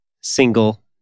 single